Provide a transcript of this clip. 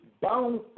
bound